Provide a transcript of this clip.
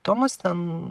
tomas ten